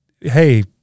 hey